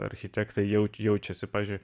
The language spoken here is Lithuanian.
architektai jauti jaučiasi pavyzdžiui